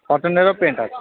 কটনেরও pant আছে